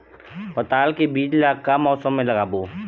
पताल के बीज ला का मौसम मे लगाबो?